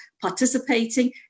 participating